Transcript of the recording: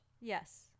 Yes